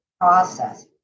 process